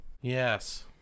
Yes